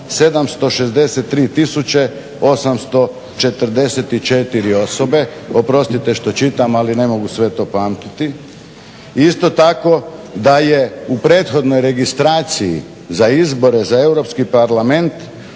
844 osobe, oprostite što čitam ali ne mogu sve to pamtiti. Isto tako, da je u prethodnoj registraciji za izbore za Europski parlament